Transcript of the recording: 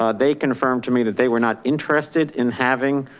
ah they confirm to me that they were not interested in having